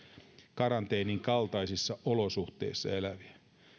karanteenin kaltaisissa olosuhteissa eläviä